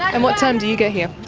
and what time do you get here?